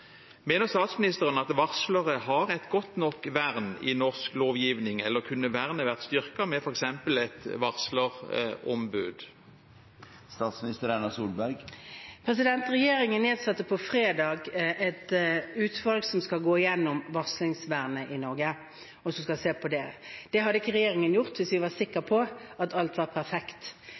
Mener statsministeren at varslere har et godt nok vern i norsk lovgivning, eller kunne vernet vært styrket med f.eks. et varslerombud? Regjeringen nedsatte fredag et utvalg som skal gå gjennom varslingsvernet i Norge. Det hadde ikke regjeringen gjort hvis vi var sikre på at alt var perfekt